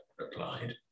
replied